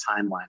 timeline